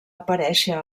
aparèixer